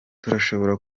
turashobora